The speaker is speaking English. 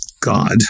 God